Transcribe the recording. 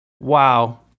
Wow